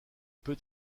peut